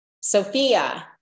Sophia